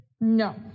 No